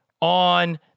on